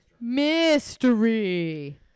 Mystery